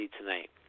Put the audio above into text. tonight